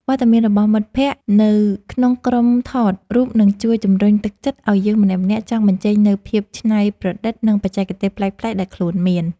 វត្តមានរបស់មិត្តភក្តិនៅក្នុងក្រុមថតរូបនឹងជួយជម្រុញទឹកចិត្តឱ្យយើងម្នាក់ៗចង់បញ្ចេញនូវភាពច្នៃប្រឌិត និង បច្ចេកទេសប្លែកៗដែលខ្លួនមាន។